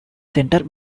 center